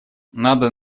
надо